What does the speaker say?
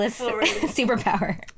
superpower